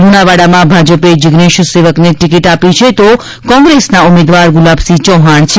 લુણાવાડામાં ભાજપે જીઝેશ સેવકને ટિકિટ આપી છે તો કોંગ્રેસના ઉમેદવાર ગુલાબસિંહ ચૌહાણ છે